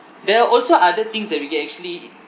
there are also other things that we can actually